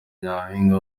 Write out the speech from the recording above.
nyampinga